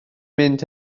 mynd